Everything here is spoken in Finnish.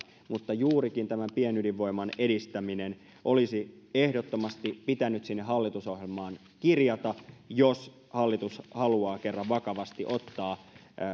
mutta juurikin tämän pienydinvoiman edistäminen olisi ehdottomasti pitänyt sinne hallitusohjelmaan kirjata jos hallitus kerran haluaa vakavasti ottaa